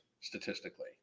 statistically